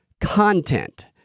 content